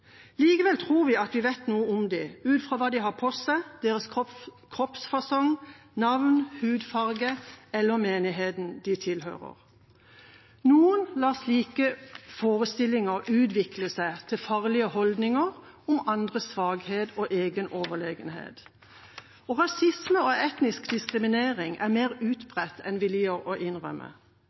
Likevel tror vi at vi vet noe om dem – ut fra hva de har på seg, kroppsfasong, navn, hudfarge eller menigheten de tilhører. Noen lar slike forestillinger utvikle seg til farlige holdninger om andres svakhet og egen overlegenhet. Rasisme og etnisk diskriminering er mer utbredt enn vi liker å innrømme.